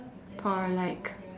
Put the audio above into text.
for like